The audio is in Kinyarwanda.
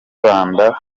rwanda